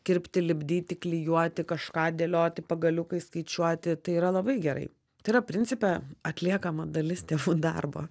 kirpti lipdyti klijuoti kažką dėlioti pagaliukais skaičiuoti tai yra labai gerai tai yra principe atliekama dalis tėvų darbo